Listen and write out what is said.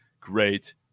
great